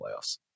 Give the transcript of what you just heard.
playoffs